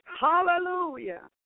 Hallelujah